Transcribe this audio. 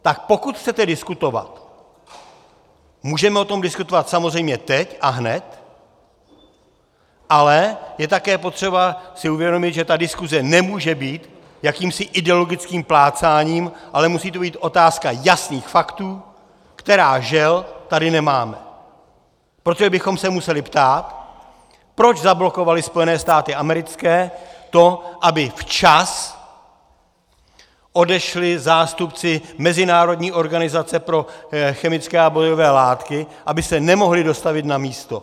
Tak pokud chcete diskutovat, můžeme o tom diskutovat samozřejmě teď a hned, ale je také potřeba si uvědomit, že ta diskuse nemůže být jakýmsi ideologickým plácáním, ale musí to být otázka jasných faktů, která, žel, tady nemáme, protože bychom se museli ptát, proč zablokovaly Spojené státy americké to, aby včas odešli zástupci mezinárodní organizace pro chemické a bojové látky, aby se nemohli dostavit na místo.